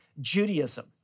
Judaism